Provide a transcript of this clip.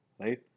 right